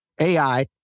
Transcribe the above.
AI